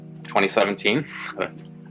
2017